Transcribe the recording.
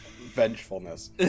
vengefulness